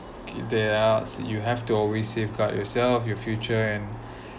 there are you have to always safeguard yourself your future and